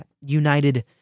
united